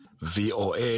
VOA